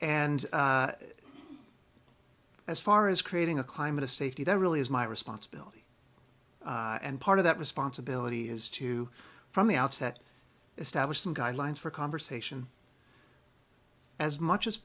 and as far as creating a climate of safety that really is my responsibility and part of that responsibility is to from the outset establish some guidelines for conversation as much as